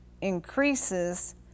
increases